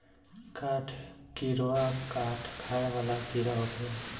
काठ किड़वा काठ खाए वाला कीड़ा होखेले